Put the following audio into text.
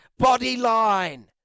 Bodyline